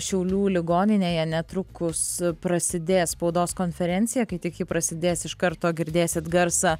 šiaulių ligoninėje netrukus prasidės spaudos konferencija kai tik ji prasidės iš karto girdėsit garsą